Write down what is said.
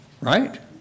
Right